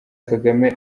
kagame